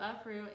uproot